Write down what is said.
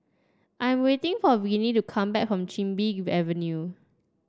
I'm waiting for Viney to come back from Chin Bee Avenue